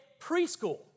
preschool